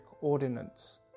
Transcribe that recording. ordinance